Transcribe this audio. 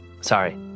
sorry